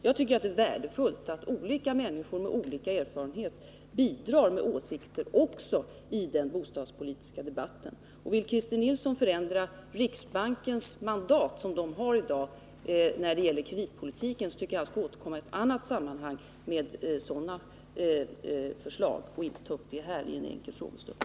Jag tycker det är värdefullt att människor med olika erfarenhet bidrar med åsikter också i den bostadspolitiska debatten. Om sedan Christer Nilsson vill förändra riksbankens nu gällande mandat i fråga om kreditpolitiken, så tycker jag att han skall återkomma i ett annat sammanhang med sådana förslag och inte ta upp det i den här frågestunden.